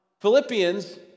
Philippians